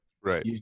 Right